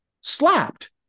slapped